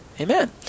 Amen